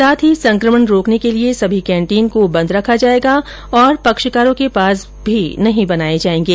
साथ ही संकमण रोकने के लिए सभी कैंटीन को बंद रखा जाएगा और पक्षकारों के पास भी नहीं बनाए जाएंगे